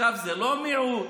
זה לא מיעוט,